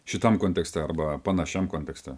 šitam kontekste arba panašiam kontekste